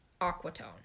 Aquatone